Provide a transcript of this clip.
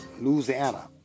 Louisiana